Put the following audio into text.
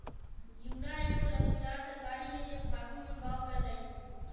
घिउरा एगो लत्तीदार तरकारी हई जे फागुन में बाओ कएल जाइ छइ